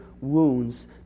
wounds